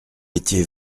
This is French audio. étiez